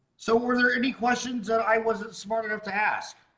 so were there any questions i wasn't smart enough to ask?